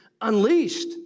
unleashed